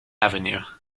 avenue